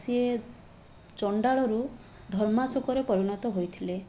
ସିଏ ଚଣ୍ଡାଳରୁ ଧର୍ମାଶୋକରେ ପରିଣତ ହୋଇଥିଲେ